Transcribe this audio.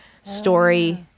story